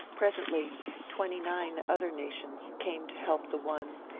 presently twenty-nine other nations came to help the one,